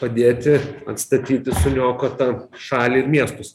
padėti atstatyti suniokotą šalį ir miestus